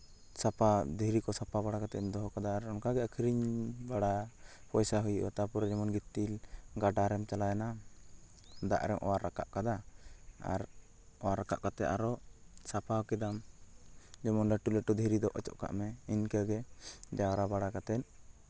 ᱥᱟᱯᱟ ᱫᱷᱤᱨᱤ ᱠᱚ ᱥᱟᱯᱟ ᱵᱟᱲᱟ ᱠᱟᱛᱮᱫ ᱮᱢ ᱫᱚᱦᱚ ᱠᱟᱫᱟ ᱟᱨ ᱚᱱᱠᱟᱜᱮ ᱟᱹᱠᱷᱨᱤᱧ ᱵᱟᱲᱟ ᱯᱚᱭᱥᱟ ᱦᱩᱭᱩᱜᱼᱟ ᱛᱟᱨᱯᱚᱨᱮ ᱡᱮᱢᱚᱱ ᱜᱤᱛᱤᱞ ᱜᱟᱰᱟ ᱨᱮᱢ ᱪᱟᱞᱟᱣᱱᱟ ᱫᱟᱜ ᱨᱮ ᱚᱣᱟᱨ ᱨᱟᱠᱟᱵᱽ ᱠᱟᱫᱟ ᱟᱨ ᱚᱣᱟᱨ ᱨᱟᱠᱟᱵᱽ ᱠᱟᱛᱮᱫ ᱟᱨᱚ ᱥᱟᱯᱟ ᱠᱮᱫᱟᱢ ᱡᱮᱢᱚᱱ ᱞᱟᱹᱴᱩ ᱞᱟᱹᱴᱩ ᱫᱷᱤᱨᱤ ᱫᱚ ᱚᱪᱚᱜ ᱠᱟᱜ ᱢᱮ ᱤᱠᱟᱹᱜᱮ ᱡᱟᱣᱨᱟ ᱵᱟᱲᱟ ᱠᱟᱛᱮᱫ